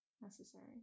necessary